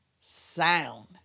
Sound